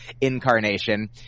incarnation